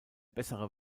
bessere